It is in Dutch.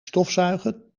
stofzuigen